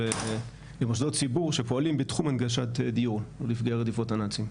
למוסדות ציבור שפועלים בתחום הנגשת דיור לנפגעי רדיפות הנאצים,